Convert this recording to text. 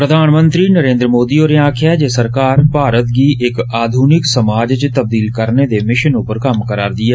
प्रधानमंत्री नरेन्द्र मोदी होरें आक्खेआ ऐ जे सरकार भारत गी इक आधुनिक समाज च तबदील करने दे मिषन पर कम्म करा रदी ऐ